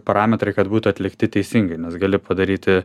parametrai kad būtų atlikti teisingai nes gali padaryti